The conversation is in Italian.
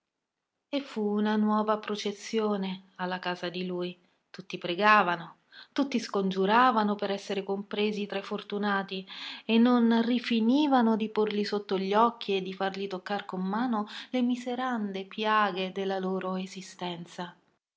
e fu una nuova processione alla casa di lui tutti pregavano tutti scongiuravano per esser compresi tra i fortunati e non rifinivano di porgli sotto gli occhi e di fargli toccar con mano le miserande piaghe della loro esistenza